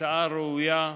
הצעה ראויה,